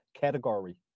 category